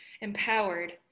empowered